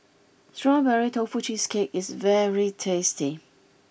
Strawberry Tofu Cheesecake is very tasty